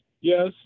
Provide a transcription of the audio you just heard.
Yes